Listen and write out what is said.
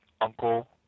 uncle